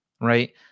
right